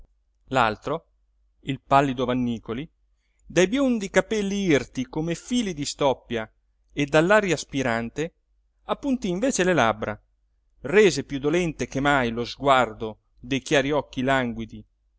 l'altro il pallido vannícoli dai biondi capelli irti come fili di stoppia e dall'aria spirante appuntí invece le labbra rese piú dolente che mai lo sguardo dei chiari occhi languidi